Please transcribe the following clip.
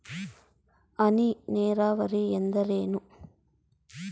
ಹನಿ ನೇರಾವರಿ ಎಂದರೇನು?